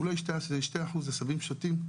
אולי 2% עשבים שוטים,